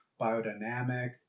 biodynamic